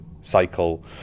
cycle